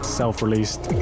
self-released